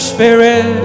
Spirit